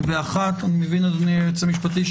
אדוני היועץ המשפטי,